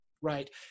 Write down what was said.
right